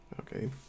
Okay